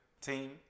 team